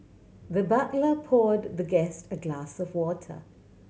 the butler poured the guest a glass of water